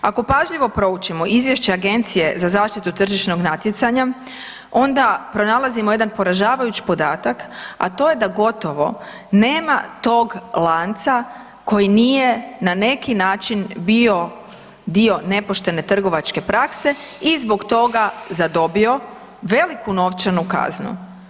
Ako pažljivo proučimo izvješće Agencije za zaštitu tržišnog natjecanja onda pronalazimo jedan poražavajuć podatak, a to je da gotovo nema tog lanca koji nije na neki način bio dio nepoštene trgovačke prakse i zbog toga zadobio veliku novčanu kaznu.